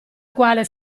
quale